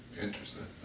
Interesting